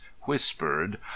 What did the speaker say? whispered